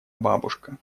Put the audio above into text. бабушка